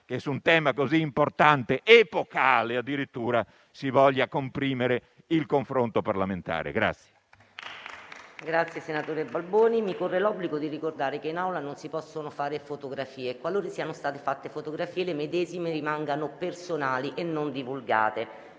che su un tema così importante, epocale addirittura, si volesse comprimere il confronto parlamentare. PRESIDENTE. Colleghi, mi corre l'obbligo di ricordare che in Aula non si possono fare fotografie. Qualora siano state fatte, le medesime rimangano personali e non vengano